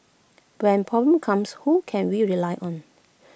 when problems comes who can we rely on